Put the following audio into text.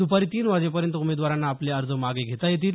दुपारी तीन वाजेपर्यंत उमेदवारांना आपले अर्ज मागे घेता येतील